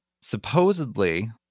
Supposedly